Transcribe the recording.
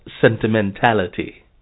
sentimentality